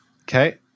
Okay